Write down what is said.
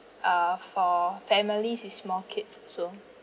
uh for families with small kids also